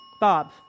Bob